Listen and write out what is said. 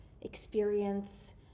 experience